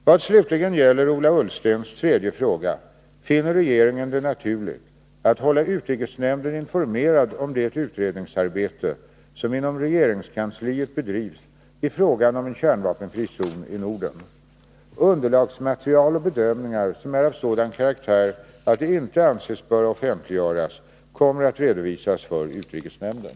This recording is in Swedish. Vad slutligen gäller Ola Ullstens tredje fråga, finner regeringen det naturligt att hålla utrikesnämnden informerad om det utredningsarbete som inom regeringskansliet bedrivs i fråga om en kärnvapenfri zon i Norden. Underlagsmaterial och bedömningar, som är av sådan karaktär att de inte anses böra offentliggöras, kommer att redovisas för utrikesnämnden.